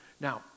Now